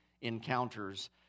encounters